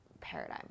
paradigm